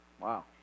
Wow